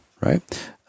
Right